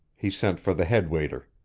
he sent for the head waiter.